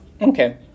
Okay